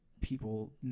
people